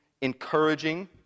encouraging